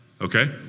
Okay